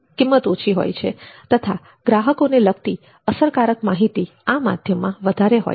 કિંમત ઓછી હોય છે તથા ગ્રાહકોને લગતી અસરકારક માહિતી આ માધ્યમમાં વધારે હોય છે